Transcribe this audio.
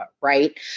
right